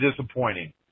disappointing